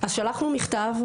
אז שלחנו מכתב,